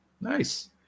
Nice